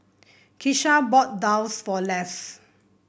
Keisha bought daal for Les